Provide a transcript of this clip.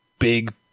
big